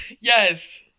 Yes